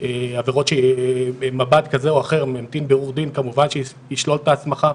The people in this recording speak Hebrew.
עבירות שבמבט כזה או אחר --- כמובן שישלול את ההסמכה,